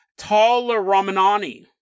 Talaramanani